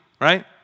right